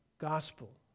gospel